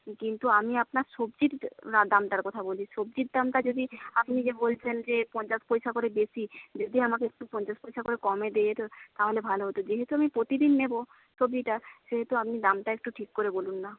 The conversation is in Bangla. কিন্তু আমি আপনার সবজির দামটার কথা বলি সবজির দামটা যদি আপনি যে বলছেন যে পঞ্চাশ পয়সা করে বেশি যদি আমাকে একটু পঞ্চাশ পয়সা করে কমে দেন তো তাহলে ভালো হত যেহেতু আমি প্রতিদিন নেব সবজিটা সেহেতু আপনি দামটা একটু ঠিক করে বলুন না